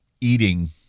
eating